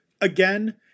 again